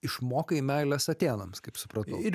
išmokai meilės atėnams kaip supratau